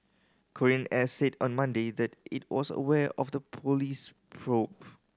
Korean Air said on Monday that it was aware of the police probe